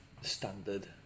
standard